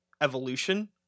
evolution